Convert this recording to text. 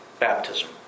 Baptism